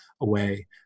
away